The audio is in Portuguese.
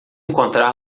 encontrar